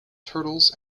turtles